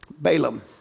Balaam